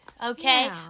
Okay